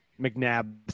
McNabb